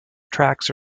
tracks